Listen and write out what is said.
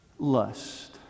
lust